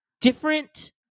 different